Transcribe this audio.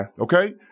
Okay